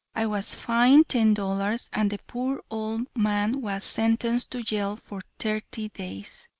i was fined ten dollars, and the poor old man was sentenced to jail for thirty days.